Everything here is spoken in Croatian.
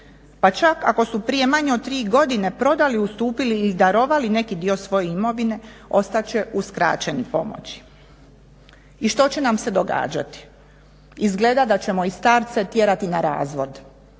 pa čak ako su prije manje od 3 godine prodali, ustupili ili darovali neki dio svoje imovine ostat će uskraćeni pomoći. I što će nam se događati? Izgleda da ćemo i starce tjerati na razvod.